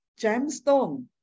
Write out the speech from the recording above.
gemstone